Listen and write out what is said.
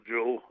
Joe